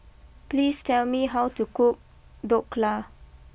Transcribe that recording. please tell me how to cook Dhokla